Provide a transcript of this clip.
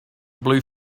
blue